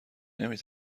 نمی